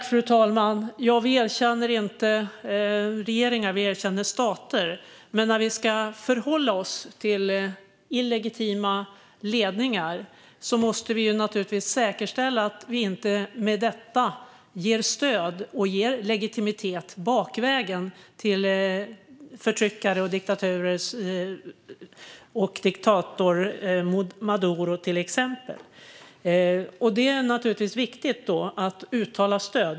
Fru talman! Vi erkänner inte regeringar, vi erkänner stater. Men när vi ska förhålla oss till illegitima ledningar måste vi säkerställa att vi inte med detta ger stöd och legitimitet bakvägen till förtryckare och diktatorer som till exempel Maduro. Det är naturligtvis viktigt att uttala stöd.